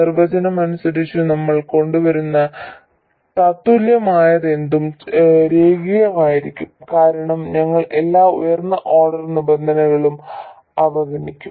നിർവചനം അനുസരിച്ച് നമ്മൾ കൊണ്ടുവരുന്ന തത്തുല്യമായതെന്തും രേഖീയമായിരിക്കും കാരണം ഞങ്ങൾ എല്ലാ ഉയർന്ന ഓർഡർ നിബന്ധനകളും അവഗണിക്കും